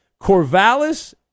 Corvallis